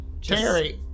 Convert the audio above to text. Jerry